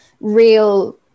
real